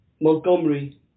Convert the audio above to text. Montgomery